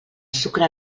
sucre